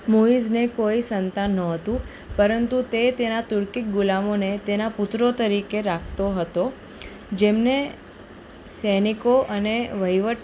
મોઈઝને કોઇ સંતાન નહોતું પરંતુ તે તેના તુર્કી ગુલામોને તેના પુત્રો તરીકે રાખતો હતો જેમને સૈનિકો અને વહિવટ